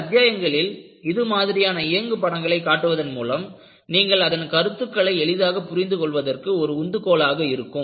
சில அத்தியாயங்களில் இதுமாதிரியான இயங்கு படங்களை காட்டுவதன் மூலம் நீங்கள் அதன் கருத்துக்களை எளிதாக புரிந்து கொள்வதற்கு ஒரு உந்துகோலாக இருக்கும்